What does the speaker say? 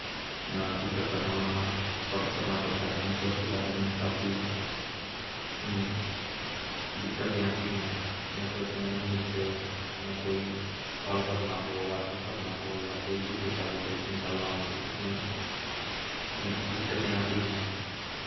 दिक्कत का सामना पड़ करना पड़ता है नेटवर्क के बारे में काफी दिक्कतें आती हैं नेटवर्क में नहीं मिलते हमे कोई कॉल करना हो व्हाटसप करना हो या कोई भी डेटा गूगल से निकालना हो तो उसमें दिक्कतें आती हैं